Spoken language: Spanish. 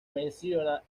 menciona